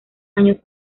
años